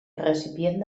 recipient